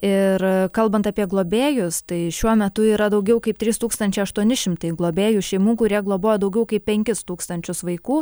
ir kalbant apie globėjus tai šiuo metu yra daugiau kaip trys tūkstančiai aštuoni šimtai globėjų šeimų kurie globoja daugiau kaip penkis tūkstančius vaikų